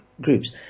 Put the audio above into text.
groups